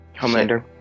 Homelander